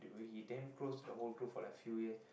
when he damn close to whole group for like few years